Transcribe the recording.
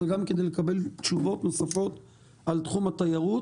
אבל גם כדי לקבל תשובות נוספות על תחום התיירות.